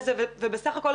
ובסך הכול,